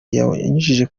yanyujije